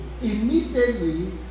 Immediately